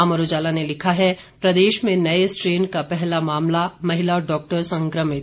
अमर उजाला ने लिखा है प्रदेश में नए स्ट्रेन का पहला मामला महिला डॉक्टर संक्रमित